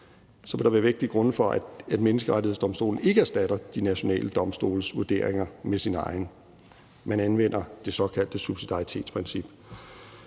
vil der være vægtige grunde for, at Menneskerettighedsdomstolen ikke erstatter de nationale domstoles vurderinger med sin egen; man anvender det såkaldte subsidiaritetsprincip.